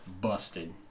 busted